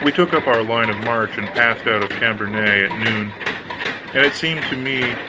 we took up our line of march and passed out of cambenet at noon and it seemed to me